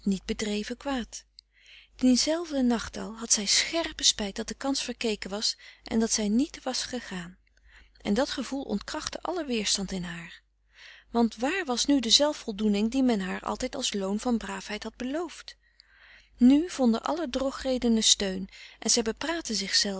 t niet bedreven kwaad dienzelfden nacht al had zij scherpe spijt dat de kans verkeken was en dat zij niet was gegaan en dat gevoel ontkrachtte allen weerstand in haar want waar was nu de zelfvoldoening die men haar altijd als loon van braafheid had beloofd nu vonden alle drogredenen steun en zij bepraatte zichzelve